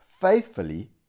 faithfully